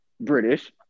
British